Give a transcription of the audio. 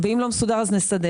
ואם זה לא מסודר אז נסדר.